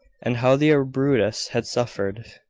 and how the arbutus had suffered,